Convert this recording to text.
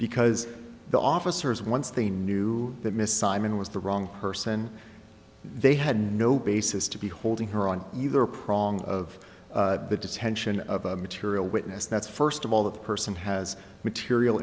because the officers once they knew that miss simon was the wrong person they had no basis to be holding her on either prong of the detention of a material witness that's first of all the person has material